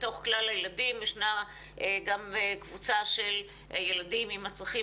בתוך כלל הילדים יש גם קבוצה של ילדים עם צרכים